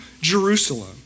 Jerusalem